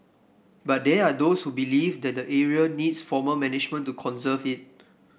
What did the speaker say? but there are those who believe that the area needs formal management to conserve it